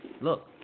look